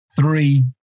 three